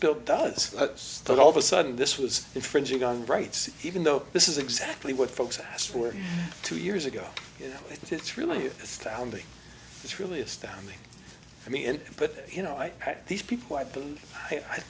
bill does but all of a sudden this was infringing on rights even though this is exactly what folks asked for two years ago you know it's really astounding it's really astounding to me and but you know i have these people i